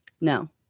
No